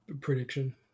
prediction